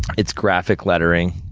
it's graphic lettering.